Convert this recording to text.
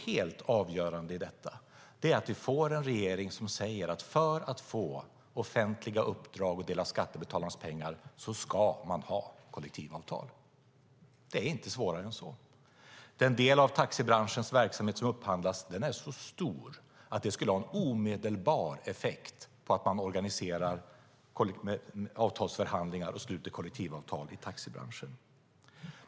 Helt avgörande i detta är att vi får en regering som säger att man för att få offentliga uppdrag och ta del av skattebetalarnas pengar ska ha kollektivavtal. Det är inte svårare än så. Den del av taxibranschens verksamhet som upphandlas är så stor att det skulle ha en omedelbar effekt att man organiserar avtalsförhandlingar och sluter kollektivavtal i taxibranschen.